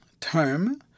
term